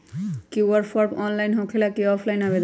QR form online होकेला कि offline आवेदन?